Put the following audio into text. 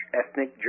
ethnic